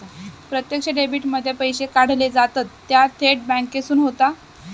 प्रत्यक्ष डेबीट मध्ये पैशे काढले जातत ता थेट बॅन्केसून होता